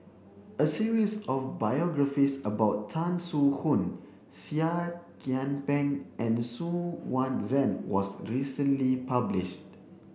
a series of biographies about Tan Soo Khoon Seah Kian Peng and Xu Yuan Zhen was recently published